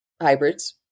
hybrids